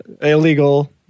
illegal